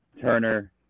Turner